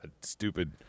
stupid